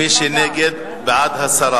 מי שנגד, בעד הסרה.